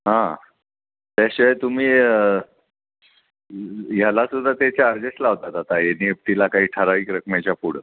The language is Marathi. हां त्याशिवाय तुम्ही ह्याला सुद्धा ते चार्जेस लावतात आता ए नि एफ टीला काही ठारावीक रकमेच्या पुढं